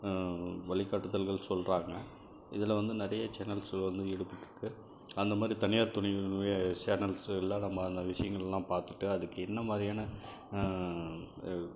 வழிகாட்டுதல்கள் சொல்கிறாங்க இதில் வந்து நிறைய சேனல்ஸ் வந்து ஈடுபட்டுட்டிருக்கு அந்தமாதிரி தனியார் சேனல்ஸ் எல்லா நம்ம அங்கே விஷயங்கள்லாம் பார்த்துட்டு அதுக்கு என்ன மாதிரியான